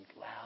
loud